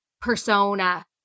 persona